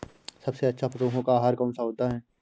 सबसे अच्छा पशुओं का आहार कौन सा होता है?